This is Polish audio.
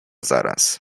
zaraz